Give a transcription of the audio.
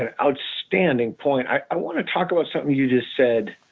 and outstanding point. i want to talk about something you just said.